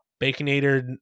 Baconator